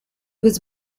was